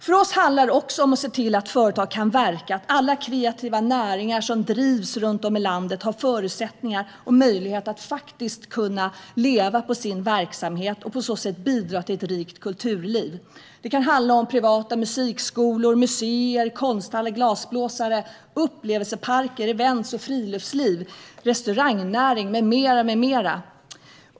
För oss handlar det också om att se till att företag kan verka och att alla kreativa näringar som drivs runt om i landet har förutsättningar och möjlighet att faktiskt leva på sin verksamhet och på så sätt bidra till ett rikt kulturliv. Det kan handla om privata musikskolor, museer, konsthallar, glasblåsare, upplevelseparker, event, friluftsliv, restaurangnäring med mera.